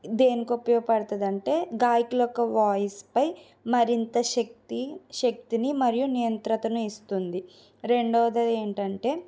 దేనికి ఉపయోగపడుతుందంటే గాయకుల ఒక్క వాయిస్ పై మరింత శక్తి శక్తిని మరియు నియంత్రణను ఇస్తుంది రెండవది ఏంటంటే